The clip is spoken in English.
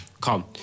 come